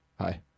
hi